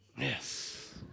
Yes